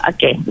Okay